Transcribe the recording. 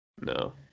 No